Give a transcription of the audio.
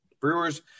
Brewers